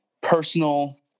personal